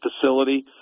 facility